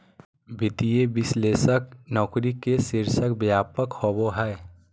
वित्तीय विश्लेषक नौकरी के शीर्षक व्यापक होबा हइ